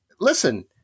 listen